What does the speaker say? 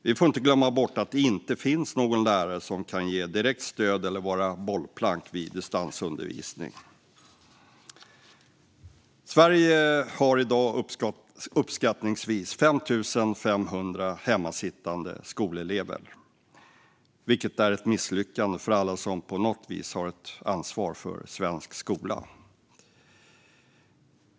Vi får inte glömma bort att det inte finns någon lärare som kan ge direkt stöd eller vara bollplank vid distansundervisning. Sverige har i dag uppskattningsvis 5 500 hemmasittande skolelever, vilket är ett misslyckande för alla som på något vis har ett ansvar för svensk skola.